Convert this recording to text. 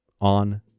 on